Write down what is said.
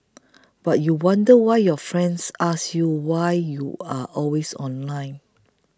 but you wonder why your friends ask you why you are always online